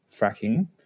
fracking